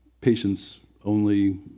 patients-only